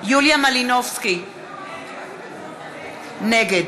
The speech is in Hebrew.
יוליה מלינובסקי, נגד